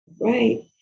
right